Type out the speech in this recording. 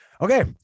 Okay